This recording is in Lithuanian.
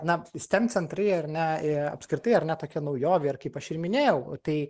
na steam centrai ar ne apskritai ar ne tokia naujovė ir kaip aš ir minėjau tai